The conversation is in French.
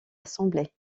assemblé